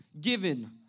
given